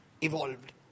evolved